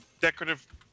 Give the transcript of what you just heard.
decorative